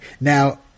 Now